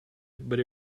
but